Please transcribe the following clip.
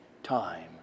Time